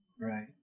Right